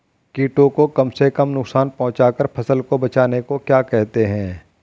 कीटों को कम से कम नुकसान पहुंचा कर फसल को बचाने को क्या कहते हैं?